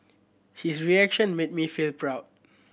his reaction made me feel proud